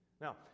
Now